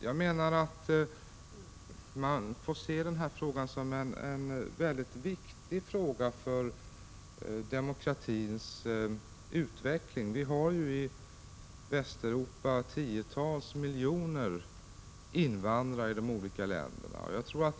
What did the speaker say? Jag menar att man får se den här frågan som en viktig fråga för demokratins utveckling. Vi har ju i Västeuropa tiotals miljoner invandrare i de olika länderna.